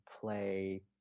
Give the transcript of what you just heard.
play